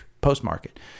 post-market